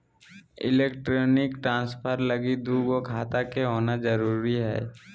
electronic transfer लगी दू गो खाता के होना जरूरी हय